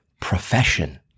profession